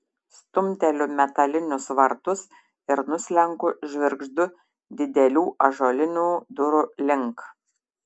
stumteliu metalinius vartus ir nuslenku žvirgždu didelių ąžuolinių durų link